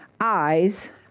eyes